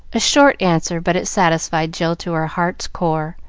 a short answer, but it satisfied jill to her heart's core,